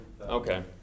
Okay